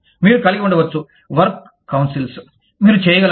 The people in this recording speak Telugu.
మీరు కలిగి ఉండవచ్చు వర్క్స్ కౌన్సిల్స్ మీరు చేయగలరు